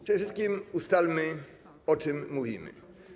Przede wszystkim ustalmy, o czym mówimy.